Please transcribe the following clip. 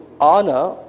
honor